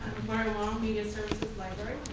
media services library.